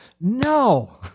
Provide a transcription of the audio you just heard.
No